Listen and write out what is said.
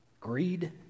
greed